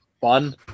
fun